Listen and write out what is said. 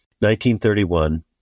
1931